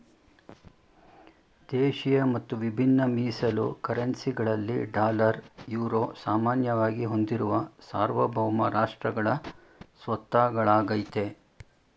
ದೇಶಿಯ ಮತ್ತು ವಿಭಿನ್ನ ಮೀಸಲು ಕರೆನ್ಸಿ ಗಳಲ್ಲಿ ಡಾಲರ್, ಯುರೋ ಸಾಮಾನ್ಯವಾಗಿ ಹೊಂದಿರುವ ಸಾರ್ವಭೌಮ ರಾಷ್ಟ್ರಗಳ ಸ್ವತ್ತಾಗಳಾಗೈತೆ